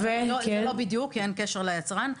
זה לא בדיוק, כי אין קשר ליצרן.